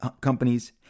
companies